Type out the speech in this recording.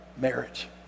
marriage